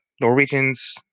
Norwegians